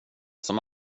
som